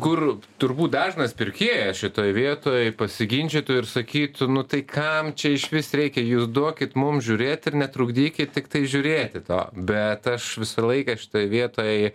kur turbūt dažnas pirkėjas šitoj vietoj pasiginčytų ir sakytų nu tai kam čia išvis reikia jūs duokit mum žiūrėt ir netrukdykit tiktai žiūrėti to bet aš visą laiką šitoj vietoj